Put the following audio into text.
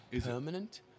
permanent